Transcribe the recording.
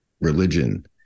religion